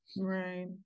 right